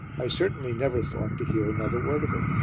i certainly never thought to hear another word of it.